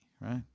right